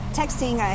texting